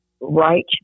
right